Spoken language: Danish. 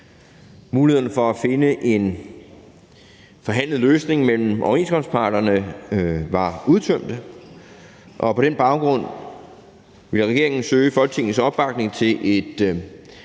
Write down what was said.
mulighederne for at finde en forhandlet løsning mellem overenskomstparterne var udtømte, og på den baggrund ville regeringen søge Folketingets opbakning til et